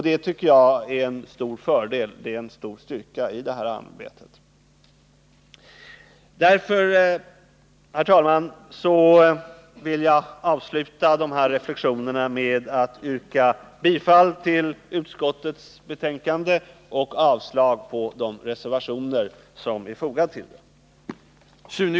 Det tycker jag är en stor fördel och styrka i det här arbetet. Därför, herr talman, vill jag avsluta de här reflexionerna med att yrka bifall till utskottets hemställan och avslag på de reservationer som är fogade till det.